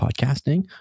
podcasting